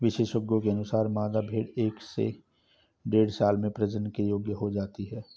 विशेषज्ञों के अनुसार, मादा भेंड़ एक से डेढ़ साल में प्रजनन के योग्य हो जाती है